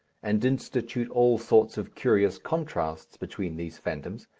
and institute all sorts of curious contrasts between these phantoms,